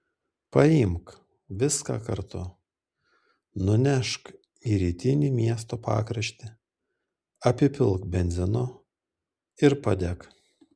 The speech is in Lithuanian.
paimk viską kartu nunešk į rytinį miesto pakraštį apipilk benzinu ir padek